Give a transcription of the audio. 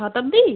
শতাব্দী